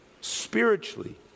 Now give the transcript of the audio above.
spiritually